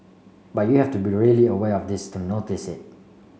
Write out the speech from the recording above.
but you have to be really aware of this to notice it